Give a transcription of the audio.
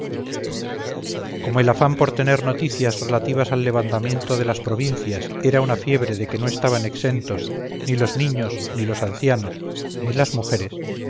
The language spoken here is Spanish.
como el afán por tener noticias relativas al levantamiento de las provincias era una fiebre de que no estaban exentos ni los niños ni los ancianos ni las mujeres